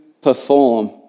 perform